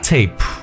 Tape